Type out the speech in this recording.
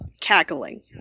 cackling